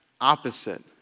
opposite